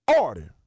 order